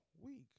week